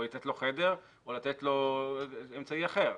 או לתת לו חדר או אמצעי אחר.